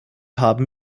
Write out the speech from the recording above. haben